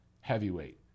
heavyweight